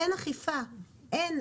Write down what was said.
אין אכיפה, אין.